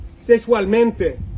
sexualmente